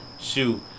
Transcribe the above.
Shoot